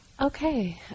Okay